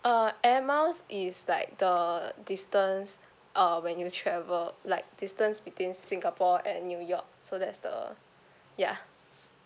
uh air miles is like the distance uh when you travel like distance between singapore and new york so that's the ya